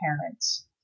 parents